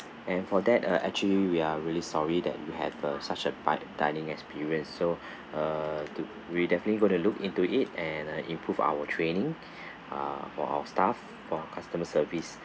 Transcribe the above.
and for that uh actually we are really sorry that you have a such a bad dining experience so uh to we definitely gonna look into it and uh improve our training uh for our staff for customer service